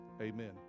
Amen